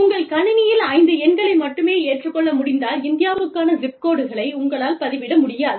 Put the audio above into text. உங்கள் கணினியில் ஐந்து எண்களை மட்டுமே ஏற்றுக்கொள்ள முடிந்தால் இந்தியாவுக்கான ஜிப் கோடுகளை உங்களால் பதிவிட முடியாது